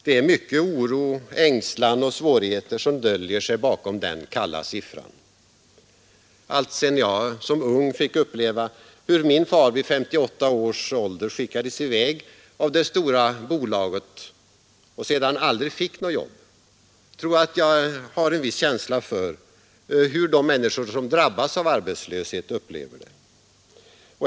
Det är mycket oro, ängslan och svårigheter som döljer sig bakom den kalla siffran. Alltsedan jag som ung fick uppleva hur min far vid 58 års ålder skickades i väg av det stora bolaget och sedan aldrig fick något jobb tror jag att jag har en viss känsla för hur de människor som drabbas av arbetslöshet upplever den.